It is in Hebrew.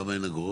למה אין אגרות?